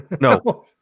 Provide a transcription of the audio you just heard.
No